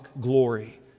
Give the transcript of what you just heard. glory